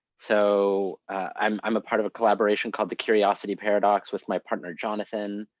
so i'm i'm a part of a collaboration, called the curiosity paradox, with my partner jonathan.